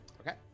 Okay